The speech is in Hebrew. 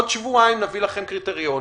עוד שבועיים נביא לכם קריטריונים,